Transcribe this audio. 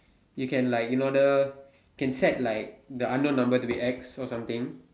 you can like in order can set like the unknown number to be X or something